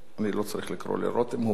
אני לא צריך לקרוא לרותם, הוא לא פה.